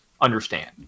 understand